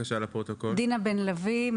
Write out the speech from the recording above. דינה בן לביא,